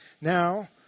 Now